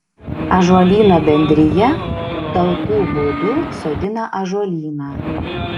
ąžuolyno bendrija talkų būdu sodina ąžuolyną